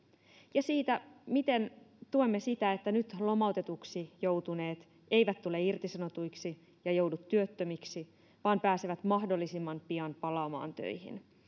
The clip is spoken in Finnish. ja siitä miten tuemme sitä että nyt lomautetuiksi joutuneet eivät tule irtisanotuiksi ja joudu työttömiksi vaan pääsevät mahdollisimman pian palaamaan töihin